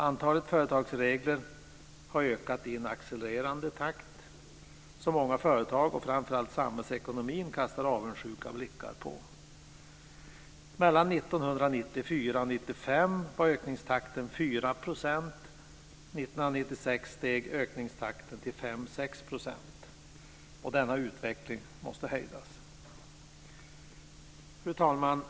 Antalet företagsregler har ökat med en accelererande takt som många företag, och framför allt samhällsekonomin, kastar avundsjuka blickar på. Mellan 1994 och 1995 var ökningstakten 4 %. 1996 steg ökningstakten till 5-6 %. Denna utveckling måste hejdas. Fru talman!